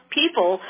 people